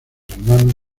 hermanos